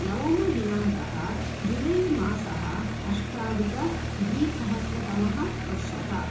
नवमदिनाङ्कः जुलै मासः अष्टाधिकद्विसहस्रतमः वर्षः